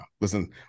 Listen